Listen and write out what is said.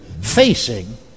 facing